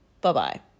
Bye-bye